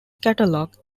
catalogue